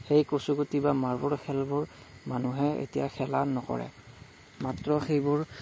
সেই কচুগুটি বা মাৰ্বল খেলবোৰ মানুহে এতিয়া খেলা নকৰে মাত্ৰ সেইবোৰ